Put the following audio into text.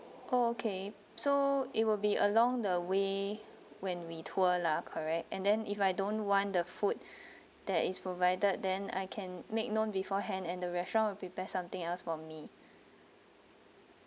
okay so it will be along the way when we tour lah correct and then if I don't want the food that is provided then I can make known beforehand and the restaurant will prepare something else for me